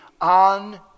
on